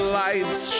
lights